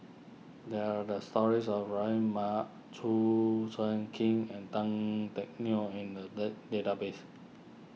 there are does stories about Rahimah Chua Soo Khim and Tan Teck Neo in the day database